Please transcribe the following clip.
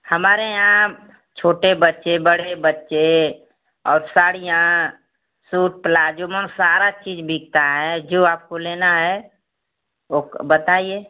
हमारे यहाँ छोटे बच्चे बड़े बच्चे और साड़ियाँ सूट प्लाजो सारा चीज बिकता है जो आपको लेना है वो बताइए